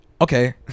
Okay